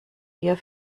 wir